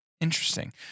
interesting